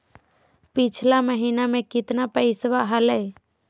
पिछला महीना मे कतना पैसवा हलय?